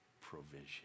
provision